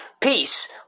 Peace